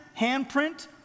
handprint